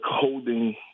coding